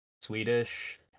Swedish